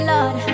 Lord